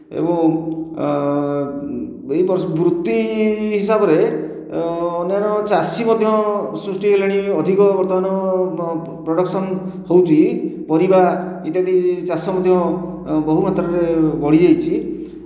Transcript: ଏବଂ ଏହି ବର୍ଷ ବୃତ୍ତି ହିସାବରେ ଅନ୍ୟାନ୍ୟ ଚାଷୀ ମଧ୍ୟ ସୃଷ୍ଟି ହେଲେଣି ଅଧିକ ବର୍ତ୍ତମାନ ପ୍ରଡ଼କ୍ସନ ହେଉଛି ପରିବା ଇତ୍ୟାଦି ଚାଷ ମଧ୍ୟ ବହୁ ମାତ୍ରାରେ ବଢ଼ିଯାଇଛି